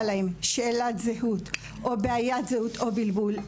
להן שאלת זהות או בעיית זהות או בלבול,